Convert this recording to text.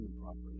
properly